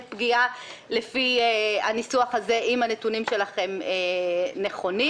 פגיעה לפי הניסוח הזה אם הנתונים שלכם נכונים,